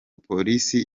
polisi